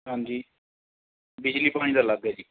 ਹਾਂਜੀ ਬਿਜਲੀ ਪਾਣੀ ਦਾ ਅਲੱਗ ਹੈ ਜੀ